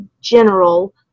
general